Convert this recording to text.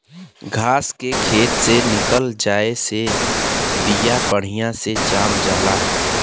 घास के खेत से निकल जाये से बिया बढ़िया से जाम जाला